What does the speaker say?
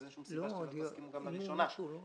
אין שום סיבה שלא תסכימו גם לראשונה כי